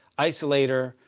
isolator,